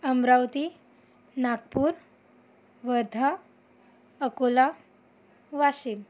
Amravati Nagpur Wardha Akola Washim